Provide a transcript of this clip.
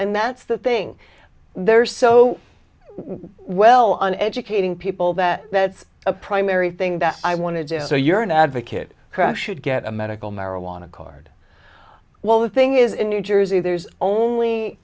and that's the thing they're so well on educating people that that's a primary thing that i want to do so you're an advocate crash should get a medical marijuana card well the thing is in new jersey there's